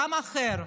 דם אחר?